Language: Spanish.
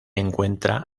encuentra